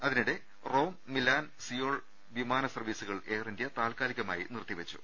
അതിനിടെ Rome Milan Seoul വിമാന സർവ്വീ സുകൾ എയർ ഇന്ത്യ താൽക്കാലികമായി നിർത്തിവെ ച്ചു